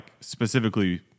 specifically